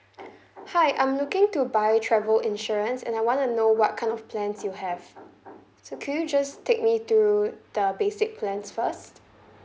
hi I'm looking to buy travel insurance and I want to know what kind of plans you have so can you just take me through the basic plans first